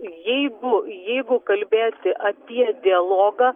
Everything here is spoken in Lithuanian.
jeigu jeigu kalbėti apie dialogą